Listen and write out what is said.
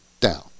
down